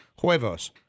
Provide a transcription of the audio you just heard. huevos